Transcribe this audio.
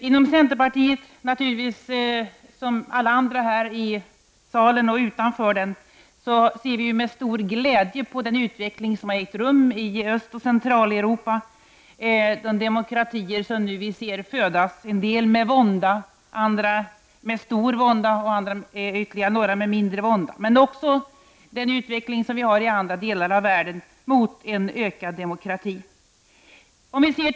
Herr talman! Vi i centerpartiet, som alla andra i denna sal och utanför den, ser naturligtvis med stor gläjde på den utveckling som ägt rum i Östoch Centraleuropa och på de demokratier som nu föds, en del med vånda, andra med stor vånda och ytterligare några med mindre vånda. Glädjande är också den utveckling mot en ökad demokrati som vi ser i andra delar av världen.